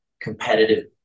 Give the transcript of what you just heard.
competitive